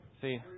See